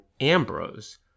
Ambrose